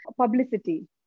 publicity